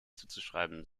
zuzuschreiben